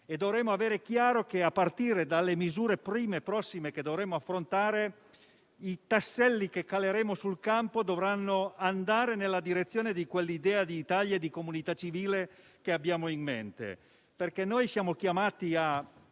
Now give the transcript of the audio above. E dovremmo avere chiaro che, a partire dalle misure prossime che dovremo affrontare, i tasselli che caleremo sul campo dovranno andare nella direzione di quell'idea di Italia e di comunità civile che abbiamo in mente. Siamo chiamati a